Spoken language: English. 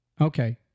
Okay